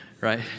right